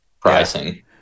pricing